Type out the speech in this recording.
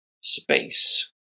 space